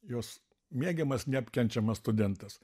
jos mėgiamas neapkenčiamas studentas